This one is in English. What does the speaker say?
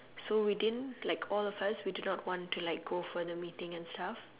so we didn't like all of us we did not want to like go for the meetings and stuff